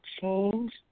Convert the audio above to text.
change